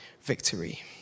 Victory